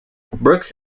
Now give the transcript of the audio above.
brooks